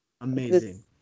amazing